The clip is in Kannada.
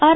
ಆರ್